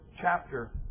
chapter